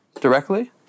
directly